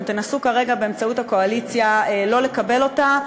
תנסו כרגע באמצעות הקואליציה לא לקבל אותה.